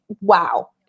wow